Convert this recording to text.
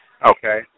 Okay